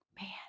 man